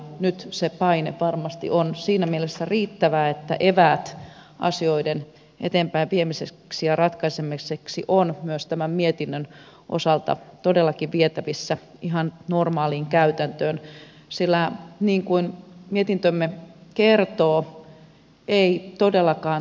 nyt se paine varmasti on siinä mielessä riittävä että eväät asioiden eteenpäin viemiseksi ja ratkaisemiseksi ovat myös tämän mietinnön osalta todellakin vietävissä ihan normaaliin käytäntöön sillä niin kuin mietintömme kertoo ei todellakaan